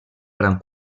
gran